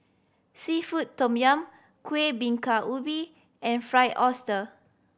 seafood tom yum Kueh Bingka Ubi and Fried Oyster